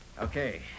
Okay